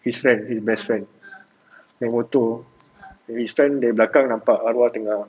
his friend his best friend naik motor and his friend dari belakang nampak arwah tengah